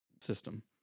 system